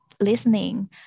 listening